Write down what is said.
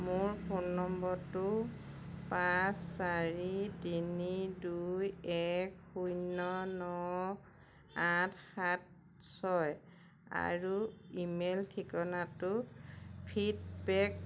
মোৰ ফোন নম্বৰটো পাঁচ চাৰি তিনি দুই এক শূন্য ন আঠ সাত ছয় আৰু ইমেইল ঠিকনাটো ফীডবেক